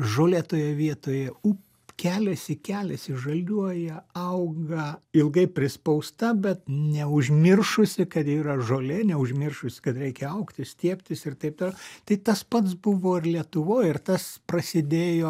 žolė toje vietoje ūp keliasi keliasi žaliuoja auga ilgai prispausta bet neužmiršusi kad yra žolė neužmiršusi kad reikia augti stiebtis ir taip toliau tai tas pats buvo ir lietuvoj ir tas prasidėjo